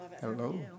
Hello